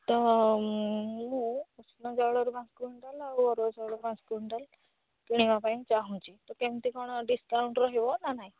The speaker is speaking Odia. ତ ମୁଁ ଉଷୁନା ଚାଉଳରୁ ପାଞ୍ଚ କୁଇଣ୍ଟାଲ୍ ଆଉ ଅରୁଆ ଚାଉଳରୁ ପାଞ୍ଚ କୁଇଣ୍ଟାଲ୍ କିଣିବା ପାଇଁ ଚାହୁଁଛି ତ କେମିତି କ'ଣ ଡିସ୍କାଉଣ୍ଟ୍ ରହିବ ନା ନାହିଁ